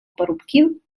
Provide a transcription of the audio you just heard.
парубків